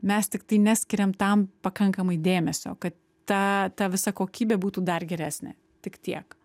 mes tiktai neskiriam tam pakankamai dėmesio kad ta ta visa kokybė būtų dar geresnė tik tiek